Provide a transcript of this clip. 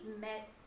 met